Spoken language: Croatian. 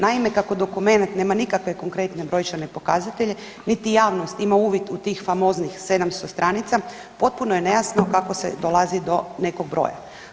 Naime, kako dokumenat nema nikakve konkretne brojčane pokazatelje, niti javnost ima uvid u tih famoznih 700 stranica, potpuno je nejasno kako se dolazi do nekog broja.